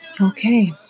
Okay